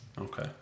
Okay